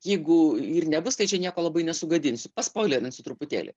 jeigu ir nebus tai čia nieko labai nesugadins paspoiliarinsiu truputėlį